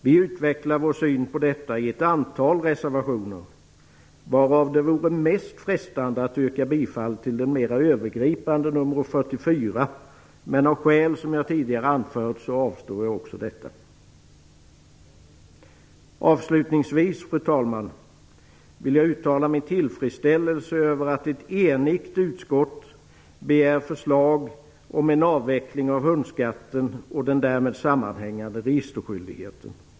Vi utvecklar vår syn på detta i ett antal reservationer, varav det vore mest frestande att yrka bifall till den mera övergripande nr 44. Men av skäl som jag tidigare anfört avstår jag även från detta. Fru talman! Avslutningsvis vill jag uttala min tillfredsställelse över att ett enigt utskott begär förslag om en avveckling av hundskatten och den därmed sammanhängande registerskyldigheten.